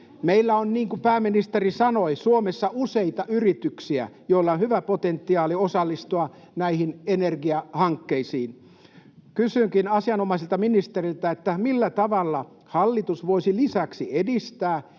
Meillä on, niin kuin pääministeri sanoi, Suomessa useita yrityksiä, joilla on hyvä potentiaali osallistua näihin energiahankkeisiin. Kysynkin asianomaiselta ministeriltä: millä tavalla hallitus voisi lisäksi edistää